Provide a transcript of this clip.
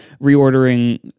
reordering